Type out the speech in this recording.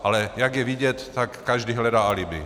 Ale jak je vidět, tak každý hledá alibi.